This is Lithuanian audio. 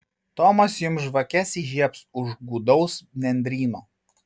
tomas jums žvakes įžiebs už gūdaus nendryno